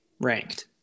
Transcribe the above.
ranked